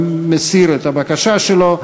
מסיר את הבקשה שלו.